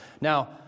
Now